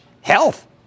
Health